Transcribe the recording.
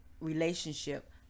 relationship